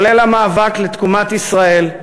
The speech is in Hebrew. כולל המאבק לתקומת ישראל,